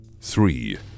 Three